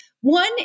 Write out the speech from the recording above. one